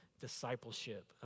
discipleship